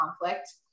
conflict